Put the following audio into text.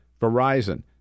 Verizon